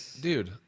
dude